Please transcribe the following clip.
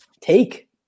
take